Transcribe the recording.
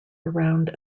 around